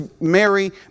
Mary